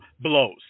blows